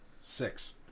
Six